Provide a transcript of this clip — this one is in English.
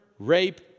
Rape